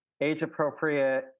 age-appropriate